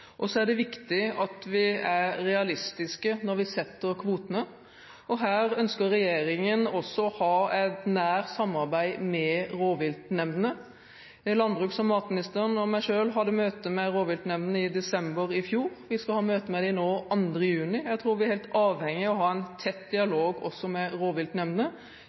vedtatt. Så er det viktig at vi er realistiske når vi setter kvotene, og her ønsker regjeringen å ha et nært samarbeid også med rovviltnemndene. Landbruks- og matministeren og jeg hadde møte med rovviltnemndene i desember i fjor. Vi skal ha et møte med dem nå, den 2. juni. Jeg tror vi er helt avhengig av å ha en tett dialog også med rovviltnemndene,